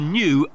new